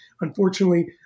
Unfortunately